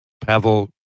Pavel